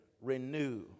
Renew